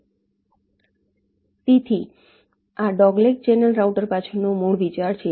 તેથી આ dogleg channel router પાછળનો મૂળ વિચાર છે